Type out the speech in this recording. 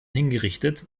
hingerichtet